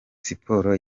siporo